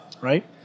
right